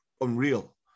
unreal